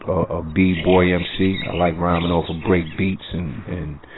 a b-boy mc. i liked rhyming off of breakbeats and and